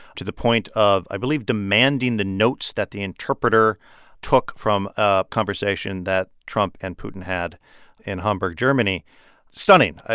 to the point of, i believe, demanding the notes that the interpreter took from a conversation that trump and putin had in hamburg, germany stunning.